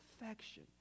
affection